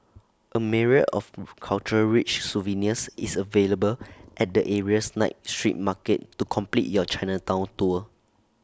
A myriad of cultural rich souvenirs is available at the area's night street market to complete your Chinatown tour